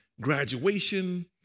graduation